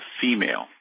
female